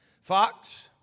Fox